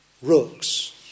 Rooks